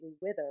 wither